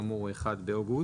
שכאמור הוא 1 באוגוסט,